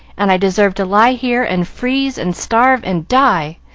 and i deserve to lie here and freeze and starve and die!